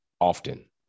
often